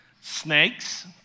Snakes